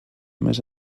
més